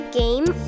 game